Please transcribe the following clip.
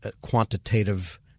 quantitative